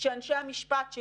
שאנשי המשפט,